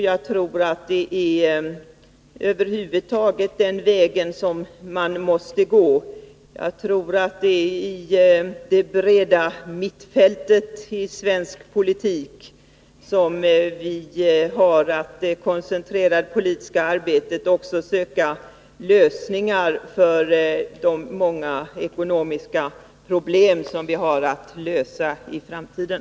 Jag tror att det är i det breda mittfältet isvensk politik som vi har att koncentrera det politiska arbetet och även söka lösningar på de många ekonomiska problem som vi har att möta i framtiden.